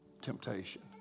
temptation